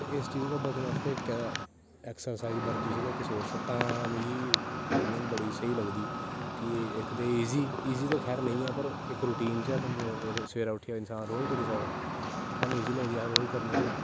ते सइस चीज़ कोला बचने आस्तै इक्कै ऐक्स्रसाईज़ बर्जिश गै इक सोरस ऐ तां मिगी रनिंग बड़ी स्हेई लगदी की इक ते इज़ी इज़ी ते खैर नेंई ऐ इक रोटीन च सवेरै उट्ठियै इंसान रोज़ करी सकदा साह्नू इज़ी सकदी ऐ अस रोज़ करनें होनें